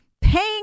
paying